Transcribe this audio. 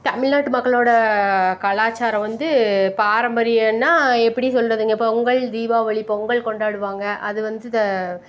தமிழ்நாட்டு மக்களோடய கலாச்சாரம் வந்து பாரம்பரியம்னா எப்படி சொல்கிறதுங்க பொங்கல் தீபாவளி பொங்கல் கொண்டாடுவாங்க அது வந்து இந்த